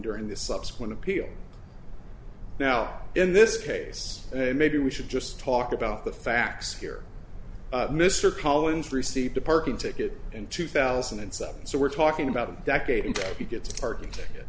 during the subsequent appeal now in this case and maybe we should just talk about the facts here mr collins received a parking ticket in two thousand and seven so we're talking about a decade and he gets a parking ticket